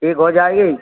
ٹھیک ہو جائے گی